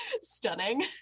stunning